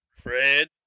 Fred